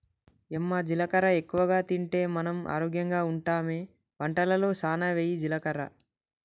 యమ్మ జీలకర్ర ఎక్కువగా తింటే మనం ఆరోగ్యంగా ఉంటామె వంటలలో సానా వెయ్యి జీలకర్ర